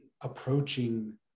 approaching